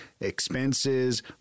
expenses